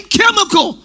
chemical